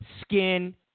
skin